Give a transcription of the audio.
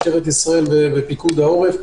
משטרת ישראל ופיקוד העורף.